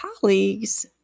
colleagues